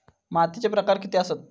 मातीचे प्रकार किती आसत?